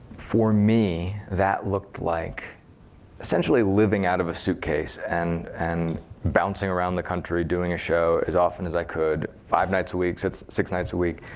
for me, that looked like essentially living out of a suitcase and and bouncing around the country doing a show as often as i could five nights a weeks, six nights a week.